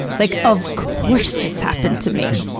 like, of course this happened to me,